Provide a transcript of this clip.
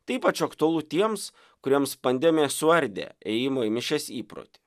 tai ypač aktualu tiems kuriems pandemija suardė ėjimo į mišias įprotį